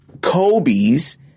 Kobe's